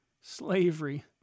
Slavery